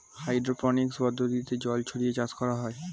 hydroponics পদ্ধতিতে জল ছড়িয়ে চাষ করা হয়